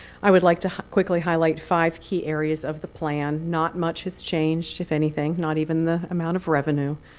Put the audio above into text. i would like to quickly highlight five key areas of the plan. not much has changed, if anything not even the amount of revenue,